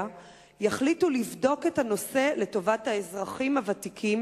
יחליט לבדוק את הנושא לטובת האזרחים הוותיקים